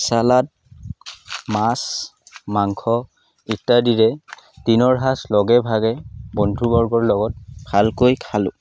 salad মাছ মাংস ইত্যাদিৰে দিনৰ সাঁজ লগে ভাগে বন্ধুবৰ্গৰ লগত ভালকৈ খালোঁ